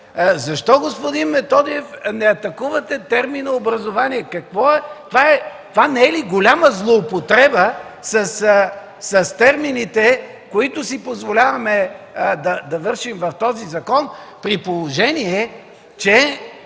Защо, господин Методиев, не атакувате термина „образование”? Това не е ли голяма злоупотреба с термините, които си позволяваме да използваме в този закон, при положение че